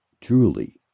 Truly